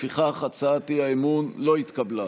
לפיכך, הצעת האי-אמון לא התקבלה.